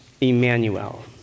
Emmanuel